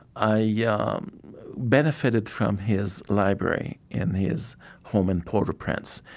i yeah ah um benefited from his library in his home in port-au-prince.